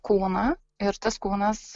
kūną ir tas kūnas